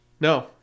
No